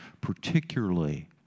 particularly